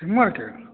सिमरके